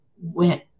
went